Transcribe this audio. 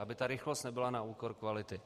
Aby rychlost nebyla na úkor kvality.